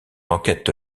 enquête